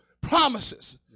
promises